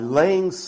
laying